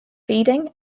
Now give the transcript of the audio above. feeding